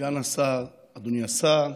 סגן השר, אדוני השר,